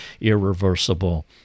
Irreversible